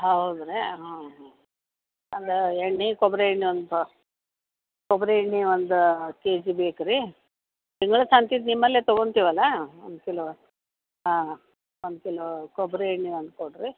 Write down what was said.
ಹೌದ್ರಾ ಹಾಂ ಹಾಂ ಒಂದು ಎಣ್ಣೆ ಕೊಬ್ಬರಿ ಎಣ್ಣೆ ಒಂದ್ ಬ ಕೊಬ್ಬರಿ ಎಣ್ಣೆ ಒಂದು ಕೆಜಿ ಬೇಕು ರೀ ತಿಂಗ್ಳ ಕಂತಿದ್ದು ನಿಮ್ಮಲ್ಲೇ ತಗೊತೀವಲ್ಲಾ ಒಂದು ಕಿಲೋ ಹಾಂ ಒಂದು ಕಿಲೋ ಕೊಬ್ಬರಿ ಎಣ್ಣೆ ಒಂದು ಕೊಡಿರಿ